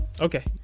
Okay